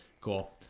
Cool